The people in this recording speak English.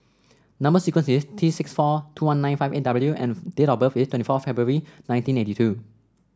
number sequence is T six four two one nine five eight W and date of birth is twenty four February nineteen eighty two